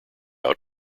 out